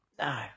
No